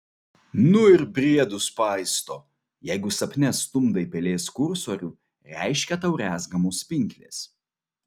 nu ir briedus paisto jeigu sapne stumdai pelės kursorių reiškia tau rezgamos pinklės